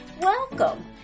welcome